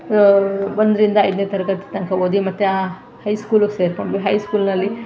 ಒಂದರಿಂದ ಐದನೇ ತರಗತಿ ತನಕ ಓದಿ ಮತ್ತು ಹೈಸ್ಕೂಲಿಗೆ ಸೇರಿಕೊಂಡ್ವಿ ಹೈಸ್ಕೂಲಿನಲ್ಲಿ